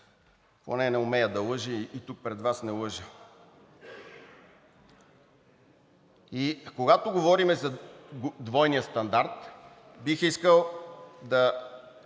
поне не умея да лъжа и пред Вас не лъжа. Когато говорим за двойния стандарт, бих искал да